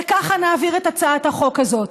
וככה נעביר את הצעת החוק הזאת.